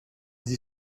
dit